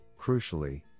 crucially